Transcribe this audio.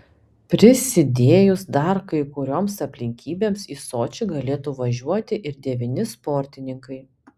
prisidėjus dar kai kurioms aplinkybėms į sočį galėtų važiuoti ir devyni sportininkai